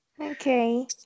Okay